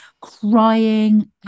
crying